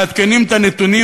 מעדכנים את הנתונים,